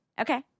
Okay